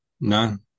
None